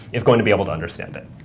is going to be able to understand it.